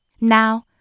Now